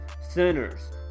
sinners